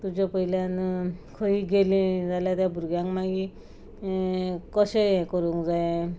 तुज्या पयल्यान खंयी गेलीं जाल्यार भुरग्यांक मागीर हें कशें हें करूंक जाये